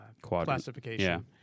classification